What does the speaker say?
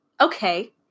Okay